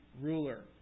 ruler